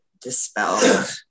dispelled